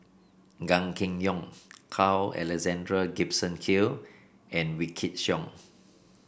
Gan Kim Yong Carl Alexander Gibson Hill and Wykidd Song